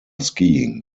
skiing